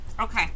Okay